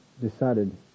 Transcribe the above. decided